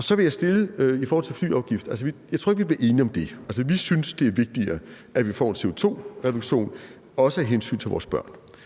Så vil jeg stille et spørgsmål i forhold til flyafgiften. Jeg tror ikke, vi bliver enige om det. Altså, vi synes, det er vigtigere, at vi får en CO2-reduktion, også af hensyn til vores børn.